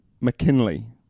McKinley